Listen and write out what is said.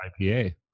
IPA